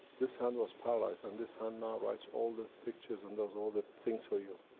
this hand was paralyzed, and this hand now writes all the pictures, and does all the things for you.